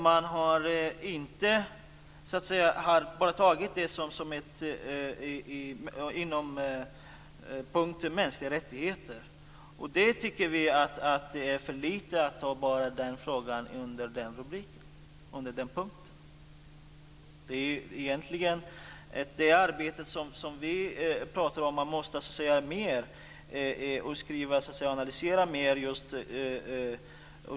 Man har tagit upp detta under punkten mänskliga rättigheter. Vi tycker att det är för lite att bara ta upp denna fråga under den punkten. Man måste skriva mer och analysera mer.